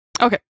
Okay